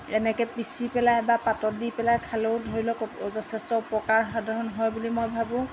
এনেকৈ পিচি পেলাই বা পাতত দি পেলাই খালেও ধৰি লওক যথেষ্ট উপকাৰ সাধন হয় বুলি মই ভাবোঁ